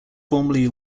formerly